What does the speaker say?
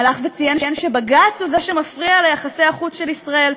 הלך וציין שבג"ץ הוא זה שמפריע ליחסי החוץ של ישראל,